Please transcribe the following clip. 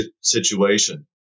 situation